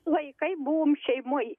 vaikai buvom šeimoj